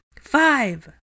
Five